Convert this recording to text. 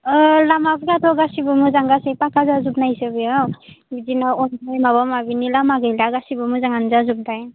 ओ लामाफोराथ' गासिबो मोजां गासिबो फाखा जाजोबनायसो बेयाव बिदिनो अन्थाइ माबा माबिनि लामा गैला गासिबो मोजांआनो जाजोब्बाय